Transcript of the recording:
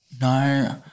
No